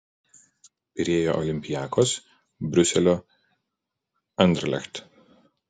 pirėjo olympiakos briuselio anderlecht